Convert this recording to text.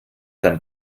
dann